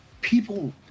people